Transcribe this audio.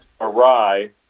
awry